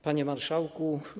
Panie Marszałku!